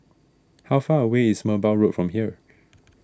how far away is Merbau Road from here